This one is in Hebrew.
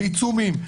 בעיצומים,